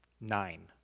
Nine